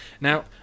Now